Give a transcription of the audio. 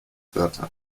wörter